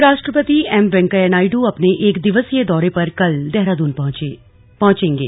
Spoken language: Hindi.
उपराष्ट्रपति एम वेंकैया नायडू अपने एक दिवसीय दौरे पर कल देहरादून पहुंचेगे